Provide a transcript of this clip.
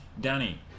Danny